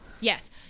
Yes